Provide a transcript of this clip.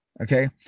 Okay